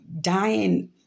dying